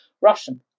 Russian